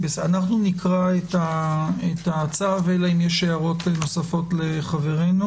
נקרא את הצו, אלא אם כן יש הערות נוספות לחברינו.